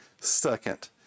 second